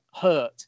hurt